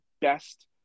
best